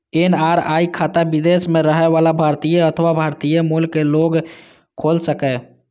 NRI खाता विदेश मे रहै बला भारतीय अथवा भारतीय मूल के लोग खोला सकैए